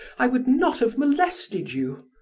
i would not have molested you.